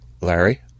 Larry